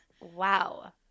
Wow